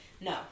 No